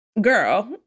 girl